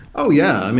oh, yeah.